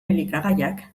elikagaiak